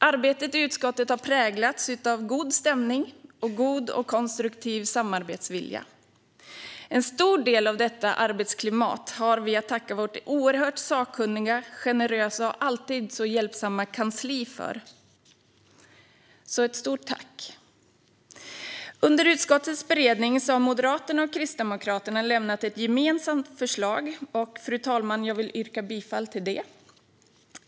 Arbetet i utskottet har präglats av god stämning och god och konstruktiv samarbetsvilja. En stor del av detta arbetsklimat har vi att tacka vårt oerhört sakkunniga, generösa och alltid så hjälpsamma kansli för. Ett stort tack! Under utskottets beredning har Moderaterna och Kristdemokraterna lämnat ett gemensamt förslag. Jag vill, fru talman, yrka bifall till detta.